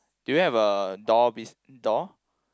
do you have a door bes~ door